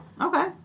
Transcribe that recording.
Okay